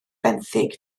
benthyg